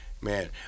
man